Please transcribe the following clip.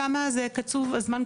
ושמה למה לא קוצבים בזמן?